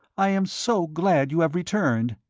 i am so glad you have returned.